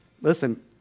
Listen